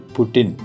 Putin